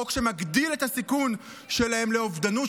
חוק שמגדיל את הסיכון שלהם לאובדנות,